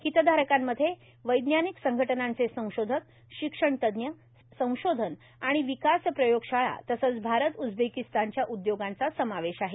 हितधारकांमध्ये वैज्ञानिक संघटनांचे संशोधक शिक्षणतज्ञ संशोधन आणि विकास प्रयोगशाळा तसंच भारत उज्बेकिस्तानच्या उद्योगांचा समावेश आहे